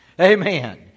Amen